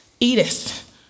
Edith